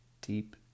deep